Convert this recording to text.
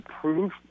proof